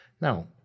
Now